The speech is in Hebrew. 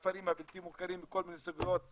הכפרים הבלתי מוכרים וכל מיני סוגיות אחרות.